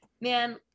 man